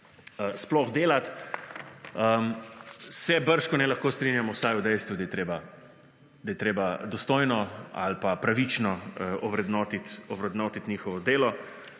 za delo -, se bržkone lahko strinjamo vsaj v dejstvu, da je treba dostojno ali pravično ovrednotiti njihovo delo.